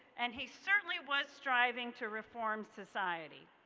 and he certainly was striving to reform society.